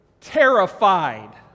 terrified